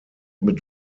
mit